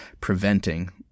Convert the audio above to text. preventing